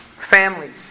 families